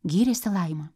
gyrėsi laima